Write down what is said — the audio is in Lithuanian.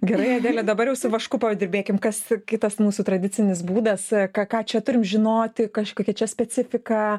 gerai adele dabar jau su vašku padirbėkim kas kitas mūsų tradicinis būdas a ką ką čia turim žinoti kažkokia čia specifika